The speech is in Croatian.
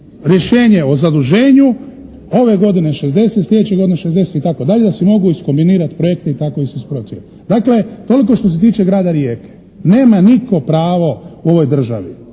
rješenje o zaduženju. Ove godine 60, sljedeće godine 60 itd. da si mogu iskombinirati projekte i tako … /Ne razumije se./ … Dakle toliko što se tiče grada Rijeke. Nema nitko pravo u ovoj državi